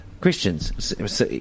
Christians